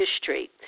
history